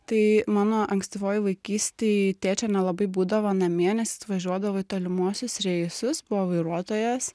tai mano ankstyvoj vaikystėj tėčio nelabai būdavo namie nes jie važiuodavo į tolimuosius reisus buvo vairuotojas